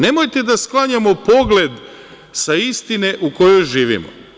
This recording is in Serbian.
Nemojte da sklanjamo pogled sa istine u kojoj živimo.